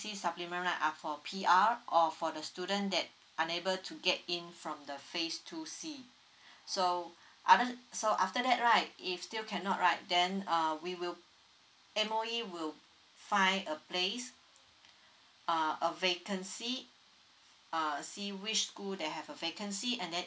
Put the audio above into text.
c supplement right are for p r or for the student that unable to get in from the phase two c so so after that right if still cannot right then um we will M_O_E will find a place uh a vacancy err see which school that have a vacancy and then